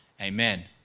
Amen